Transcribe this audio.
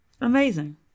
Amazing